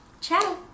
Ciao